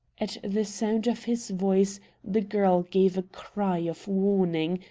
at the sound of his voice the girl gave a cry of warning,